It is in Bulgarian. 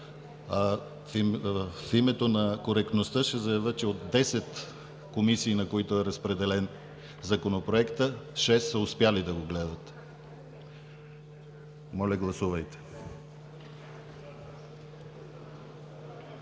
В името на коректността ще заявя, че от десет комисии, на които е разпределен Законопроектът, шест са успели да го гледат. Гласуваме